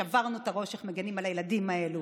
ושברנו את הראש איך מגינים על הילדים האלה.